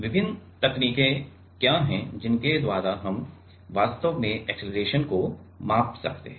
विभिन्न तकनीकें क्या हैं जिनके द्वारा हम वास्तव में अक्सेलरेशन को माप सकते हैं